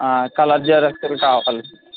colour జిరాక్స్లు కావాలి